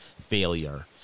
failure